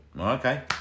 Okay